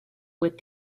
with